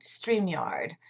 StreamYard